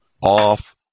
off